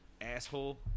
asshole